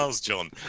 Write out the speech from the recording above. John